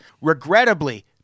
regrettably